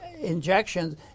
injections